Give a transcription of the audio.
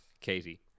Katie